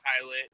pilot